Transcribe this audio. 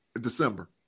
December